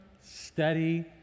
steady